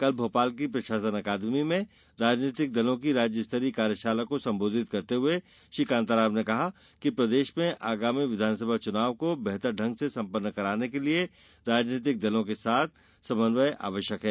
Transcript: कल भोपाल के प्रषासन अकादमी में राजनैतिक दलों की राज्य स्तरीय कार्यशाला को संबोधित करते हुये श्री कांता राव ने कहा कि प्रदेश में आगामी विधानसभा चुनाव को बेहतर तरीके से संपन्न कराने के लिये राजनैतिक दलों के साथ समन्वय आवश्यक है